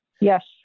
Yes